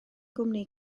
gwmni